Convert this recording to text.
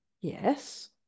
yes